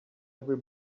every